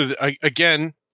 again